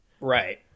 Right